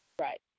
Right